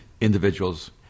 individuals